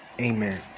Amen